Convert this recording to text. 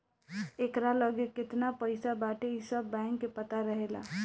एकरा लगे केतना पईसा बाटे इ सब बैंक के पता रहेला